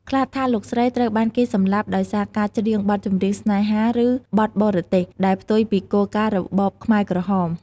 ខ្លះថា លោកស្រីត្រូវបានគេសម្លាប់ដោយសារការច្រៀងបទចម្រៀងស្នេហា ឬបទបរទេស ដែលផ្ទុយពីគោលការណ៍របបខ្មែរក្រហម។